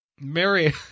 Mary